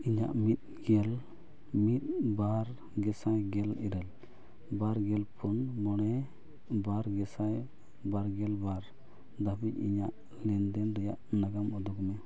ᱤᱧᱟᱹᱜ ᱢᱤᱫ ᱜᱮᱞ ᱢᱤᱫ ᱵᱟᱨ ᱜᱮᱥᱟᱭ ᱜᱮᱞ ᱤᱨᱟᱹᱞ ᱵᱟᱨᱜᱮᱞ ᱯᱩᱱ ᱢᱚᱬᱮ ᱵᱟᱨ ᱜᱮᱥᱟᱭ ᱵᱟᱨ ᱜᱮᱞ ᱵᱟᱨ ᱫᱷᱟᱵᱤᱡ ᱤᱧᱟᱹᱜ ᱞᱮᱱᱫᱮᱱ ᱨᱮᱱᱟᱜ ᱱᱟᱜᱟᱢ ᱩᱫᱩᱜᱽ ᱢᱮ